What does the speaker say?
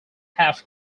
half